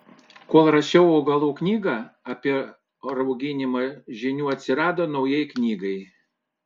kol rašiau augalų knygą apie rauginimą žinių atsirado naujai knygai